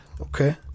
okay